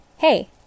Hey